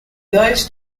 those